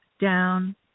down